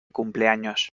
cumpleaños